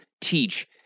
teach